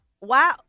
Wow